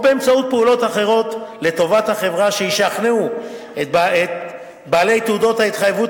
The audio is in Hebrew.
או באמצעות פעולות אחרות לטובת החברה שישכנעו את בעלי תעודות ההתחייבות